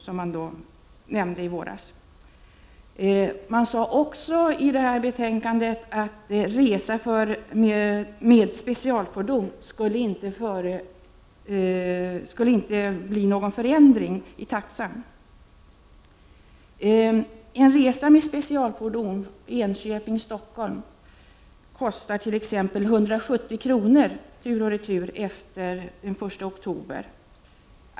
I det betänkandet sade man också att för resa med specialfordon skulle det inte bli någon taxeförändring. En resa med specialfordon Enköping-Stockholm t.ex. kostar efter den 1 oktober 170 kr. tur och retur.